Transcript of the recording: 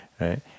right